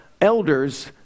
Elders